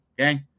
okay